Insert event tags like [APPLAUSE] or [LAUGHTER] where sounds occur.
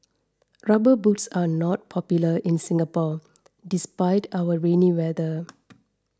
rubber boots are not popular in Singapore despite our rainy weather [NOISE]